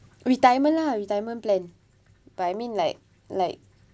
retirement lah retirement plan but I mean like like